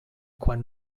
quan